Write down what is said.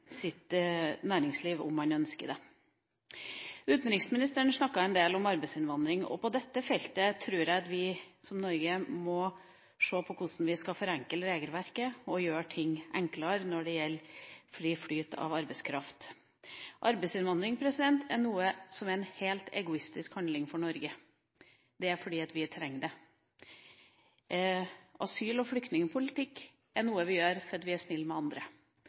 på dette feltet tror jeg at vi, som Norge, må se på hvordan vi skal forenkle regelverket og gjøre ting enklere når det gjelder fri flyt av arbeidskraft. Arbeidsinnvandring er en helt egoistisk handling for Norge – fordi vi trenger det. Asyl- og flyktningpolitikk er noe vi gjør for å være snille med andre.